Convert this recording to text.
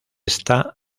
esta